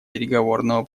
переговорного